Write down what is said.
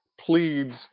pleads